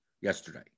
yesterday